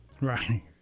Right